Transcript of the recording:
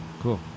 cool